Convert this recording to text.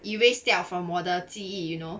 erase 掉 from 我的记忆 you know